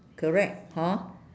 correct hor